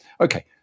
Okay